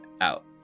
out